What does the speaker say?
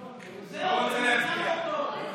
איתמר, לבטל את ההצבעה.